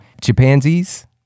chimpanzees